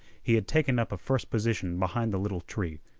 he had taken up a first position behind the little tree,